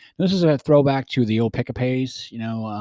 this is a throwback to the old pick-a-pays, you know,